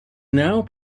now